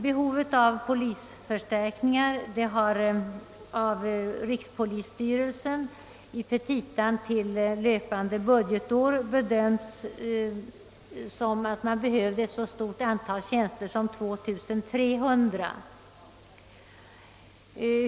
Behovet av polisförstärkningar har av rikspolisstyrelsen i petita till löpande budgetår uppskattats till ett så stort antal tjänster som 2300.